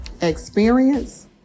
experience